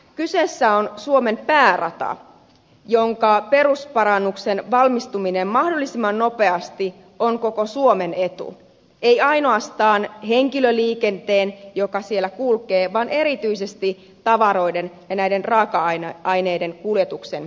kyseessä on suomen päärata jonka perusparannuksen valmistuminen mahdollisimman nopeasti on koko suomen etu ei ainoastaan henkilöliikenteen joka siellä kulkee vaan erityisesti tavaroiden ja raaka aineiden kuljetuksen kuljetusväylänä